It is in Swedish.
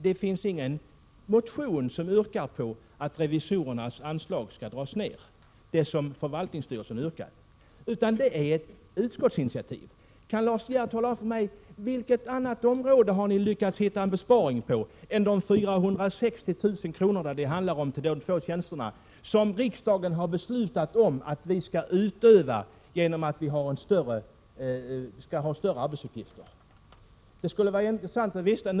Det finns inte någon motion där det yrkas att revisorernas anslag skall dras ned i förhållande till det som förvaltningsstyrelsen yrkar, utan det är fråga om ett utskottsinitativ. Kan Lars De Geer tala om för mig på vilket annat område som man har lyckats hitta en besparing på de 460 000 kronorna det handlar om till de två tjänster som riksdagen har beslutat att revisorerna skall ha på grund av att de har fått utökade arbetsuppgifter? Det skulle vara intressant att få reda på.